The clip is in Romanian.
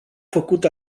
făcut